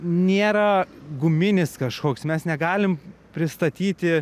nėra guminis kažkoks mes negalim pristatyti